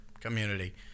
community